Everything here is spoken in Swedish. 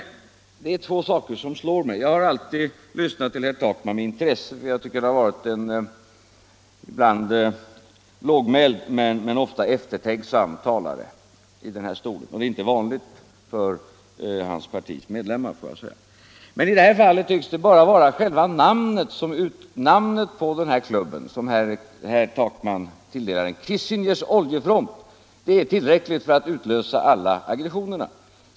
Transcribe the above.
Men det är två saker som slår mig. Jag har alltid lyssnat till herr Takman med intresse, för jag tycker att han har varit en lågmäld och ofta eftertänksam talare, och det är inte vanligt för hans partis medlemmar. I det här fallet tycks själva det namn som herr Takman tilldelar klubben —- Kissingers oljefront — vara tillräckligt för att utlösa alla aggressionerna.